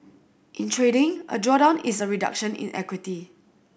in trading a drawdown is a reduction in equity